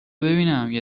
ببینم، یه